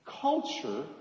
culture